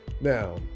now